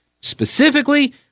Specifically